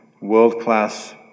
world-class